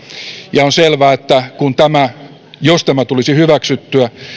ja on selvää että jos tämä tulisi hyväksyttyä